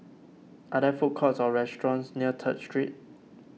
are there food courts or restaurants near Third Street